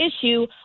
issue